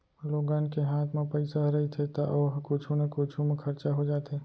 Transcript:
लोगन के हात म पइसा ह रहिथे त ओ ह कुछु न कुछु म खरचा हो जाथे